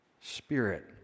spirit